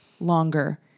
longer